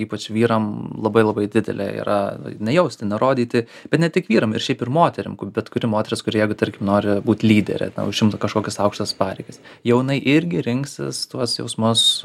ypač vyram labai labai didelė yra nejausti nurodyti bet ne tik vyram ir šiaip ir moterim bet kuri moteris kuri jeigu tarkim nori būt lydere na užimtų kažkokias aukštas pareigas jau jinai irgi rinksis tuos jausmus